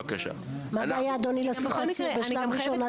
מה הבעיה לשים תצהיר בשלב ראשון,